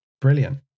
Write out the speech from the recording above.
Brilliant